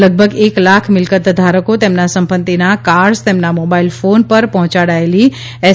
લગભગ એક લાખ મિલકત ધારકો તેમના સંપત્તિના કાર્ડ્સ તેમના મોબાઇલ ફોન પર પહોંચાડાયેલી એસ